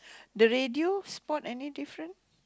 the radio spot any difference